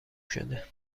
شده